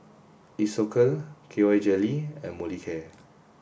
Isocal K Y Jelly and Molicare